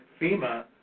FEMA